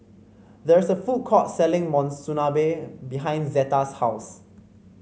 there is a food court selling Monsunabe behind Zeta's house